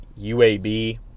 UAB